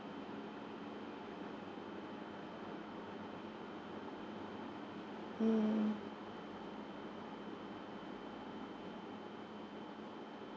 mm